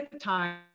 time